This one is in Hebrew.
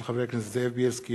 של חברי הכנסת זאב בילסקי,